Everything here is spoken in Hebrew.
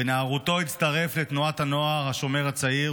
בנערותו הצטרף לתנועת הנוער השומר הצעיר,